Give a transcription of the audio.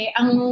ang